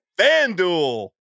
FanDuel